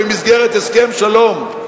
במסגרת הסכם שלום,